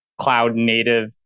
cloud-native